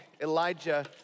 Elijah